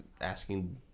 asking